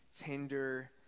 tender